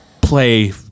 play